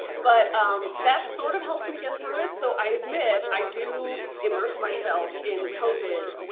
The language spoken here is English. but um that's sort of helps me get through it. so i admit i do immerse myself in covid,